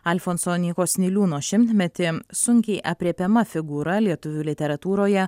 alfonso nykos niliūno šimtmetį sunkiai aprėpiama figūra lietuvių literatūroje